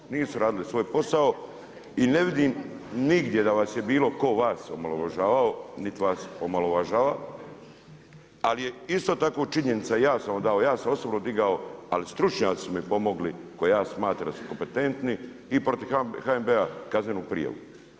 Nisu, nisu radile svoj posao i ne vidim nigdje da vas je bilo tko vas omalovažavao niti vas omalovažava, ali je isto tako činjenica, ja sam osobno digao, ali stručnjaci su mi pomogli koje ja smatram da su kompetentni i protiv HNB-a kaznenu prijavu.